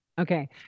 Okay